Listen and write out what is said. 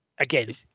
Again